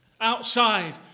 outside